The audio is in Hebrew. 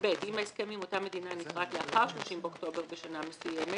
(ב) אם ההסכם עם אותה מדינה נכרת לאחר 30 באוקטובר בשנה מסוימת